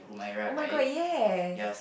oh-my-god yes